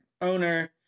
owner